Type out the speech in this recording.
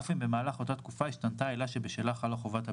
אף אם במהלך אותה תקופה השתנתה העילה שבשלה חלה חובת הבידוד.